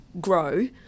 grow